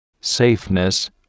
safeness